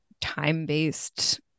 time-based